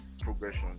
progression